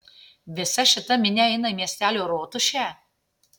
visa šita minia eina į miestelio rotušę